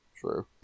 True